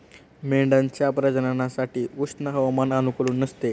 मेंढ्यांच्या प्रजननासाठी उष्ण हवामान अनुकूल नसते